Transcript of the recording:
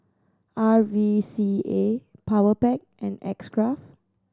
R V C A Powerpac and X Craft